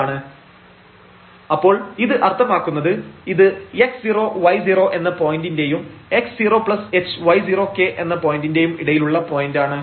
h ∂∂xk ∂∂yn1 fx0θhy0θk 0θ അപ്പോൾ ഇത് അർത്ഥമാക്കുന്നത് ഇത് x0y0 എന്ന പോയിന്റിന്റെയും x0hy0kഎന്ന പോയന്റിന്റെയും ഇടയിലുള്ള പോയന്റ് ആണ്